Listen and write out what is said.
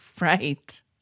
Right